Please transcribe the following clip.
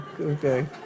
okay